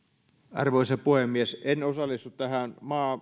arvoisa puhemies en osallistu tähän